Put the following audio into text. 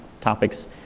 topics